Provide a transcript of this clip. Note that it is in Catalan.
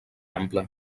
ample